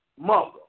mother